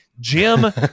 Jim